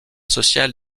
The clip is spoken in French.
sociale